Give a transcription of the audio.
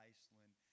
Iceland